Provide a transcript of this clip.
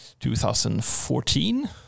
2014